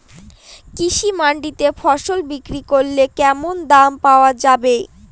কৃষি মান্ডিতে ফসল বিক্রি করলে কেমন দাম পাওয়া যাবে?